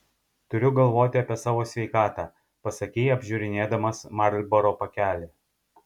turiu galvoti apie savo sveikatą pasakei apžiūrinėdamas marlboro pakelį